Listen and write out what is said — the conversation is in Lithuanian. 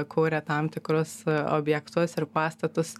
kuria tam tikrus objektus ir pastatus